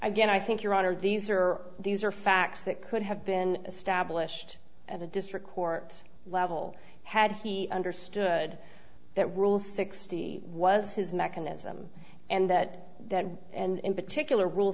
again i think your honor these are these are facts that could have been established at the district court level had he understood that rule sixty was his mechanism and that and in particular rule